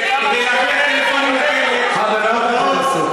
כדי להבריח טלפונים לכלא, רבותי חברי הכנסת.